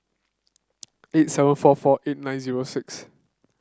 eight seven four four eight nine zero six